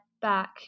back